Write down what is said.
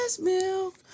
milk